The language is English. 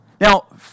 Now